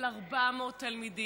אבל ל-400 תלמידים.